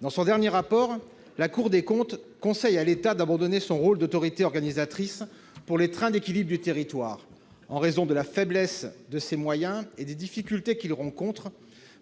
Dans son dernier rapport annuel, la Cour des comptes conseille à l'État d'abandonner son rôle d'autorité organisatrice pour les trains d'équilibre du territoire, les TET, en raison de la faiblesse de ses moyens et des difficultés qu'il rencontre